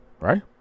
Right